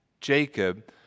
Jacob